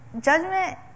Judgment